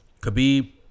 Khabib